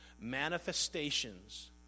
manifestations